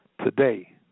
Today